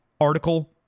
article